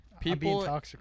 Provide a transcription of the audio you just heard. People